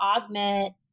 augment